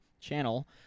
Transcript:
channel